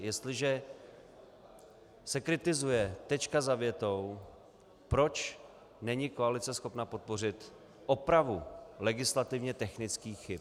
Jestliže se kritizuje tečka za větou, proč není koalice schopna podpořit opravu legislativně technických chyb.